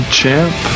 champ